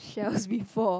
shells before